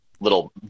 Little